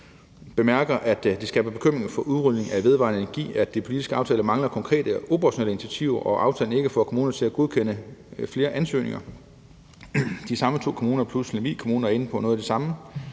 inde på, at det skaber bekymring for udrulningen af vedvarende energi, at den politiske aftale mangler konkrete og operationelle initiativer, og at aftalen ikke får kommunerne til at godkende flere ansøgninger. De samme to kommuner plus Lemvig Kommune er inde på noget af det samme.